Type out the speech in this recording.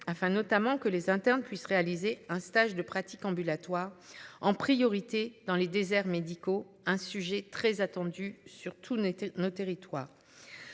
afin notamment que les internes puisse réaliser un stage de pratique ambulatoire en priorité dans les déserts médicaux, un sujet très attendu surtout n'était nos territoires.